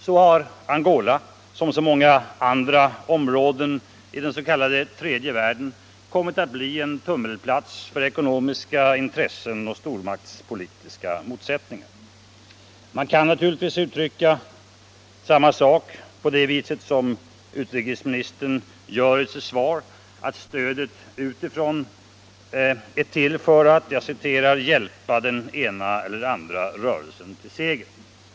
Så har Angola, som så många andra områden i den s.k. tredje världen, kommit att bli en tummelplats för ekonomiska intressen och stormaktspolitiska motsättningar. Man kan naturligtvis uttrycka samma sak så som utrikesministern gör i sitt svar, att stödet utifrån är till för att ”hjälpa den ena eller andra rörelsen till seger”.